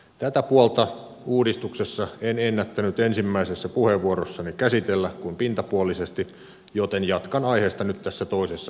tätä puolta uudistuksessa en ennättänyt ensimmäisessä puheenvuorossani käsitellä kuin pintapuolisesti joten jatkan aiheesta nyt tässä toisessa puheenvuorossani